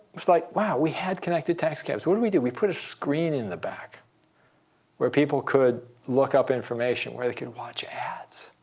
it's, like, wow, we had connected taxi cabs. what did we do? we put a screen in the back where people could look up information, where they can watch ads.